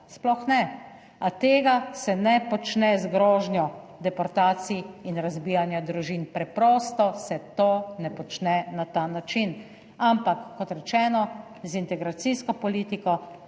sploh ne, a tega se ne počne z grožnjo deportacij in razbijanja družin, preprosto se to ne počne na ta način. Kot rečeno, z integracijsko politiko